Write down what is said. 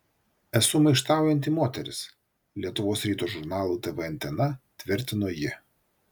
esu maištaujanti moteris lietuvos ryto žurnalui tv antena tvirtino ji